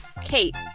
Kate